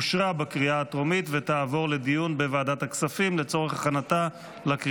לוועדת הכספים נתקבלה.